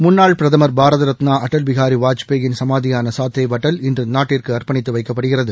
முன்னாள் பிரதமர்பாரத் ரத்னா அடல் பிஹாரி வாஜ்பேயின் சமாதியான சாதெய்வ் அடல் இன்று நாட்டிற்கு அர்பணித்து வைக்கப்படுகிறது